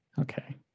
okay